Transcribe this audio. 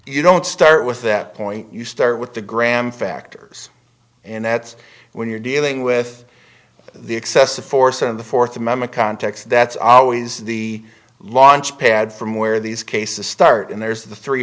you don't start with that point you start with the gram factors and that's when you're dealing with the excessive force and the fourth amendment context that's always the launchpad from where these cases start and there's the three